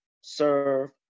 serve